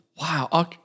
wow